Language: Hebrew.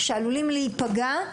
עלולים להיפגע,